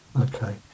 okay